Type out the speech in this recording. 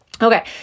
Okay